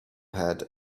pad